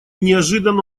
неожиданно